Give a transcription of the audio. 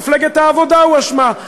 מפלגת העבודה הואשמה,